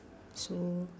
so